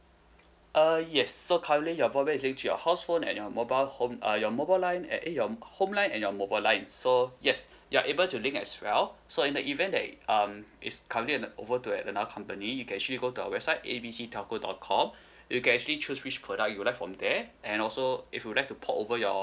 uh yes so currently your broadband is linked your house phone and your mobile home uh your mobile line at eh your home line and your mobile line so yes you are able to link as well so in the event that um it's currently an over to at another company you can actually go to our website A B C telco dot com you can actually choose which product you like from there and also if you'd like to port over your